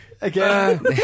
again